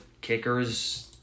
kickers